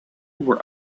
were